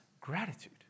gratitude